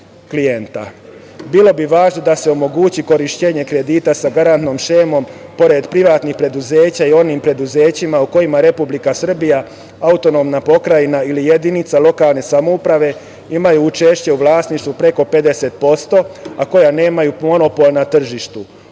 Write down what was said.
bi važno da se omogući korišćenje kredite sa garantnom šemom, pored privatnih preduzeća, i onim preduzećima o kojima Republika Srbija, AP ili jedinica lokalne samouprave imaju učešće u vlasništvu preko 50%, a koja nemaju monopol na tržištu.